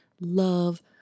love